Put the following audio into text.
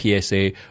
PSA